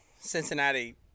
Cincinnati –